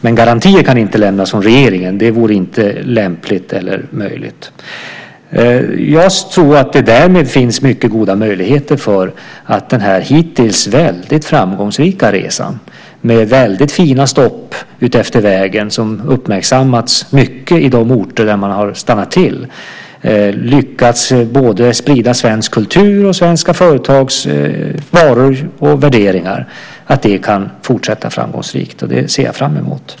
Men garantier kan inte lämnas från regeringen. Det vore inte lämpligt eller möjligt. Jag tror att det därmed finns mycket goda möjligheter att den hittills väldigt framgångsrika resan, med väldigt fina stopp utefter vägen som uppmärksammats mycket på de orter där man har stannat till och som lyckats sprida både svensk kultur och svenska företags varor och värderingar, kan fortsätta framgångsrikt. Det ser jag fram emot.